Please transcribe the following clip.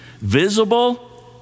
visible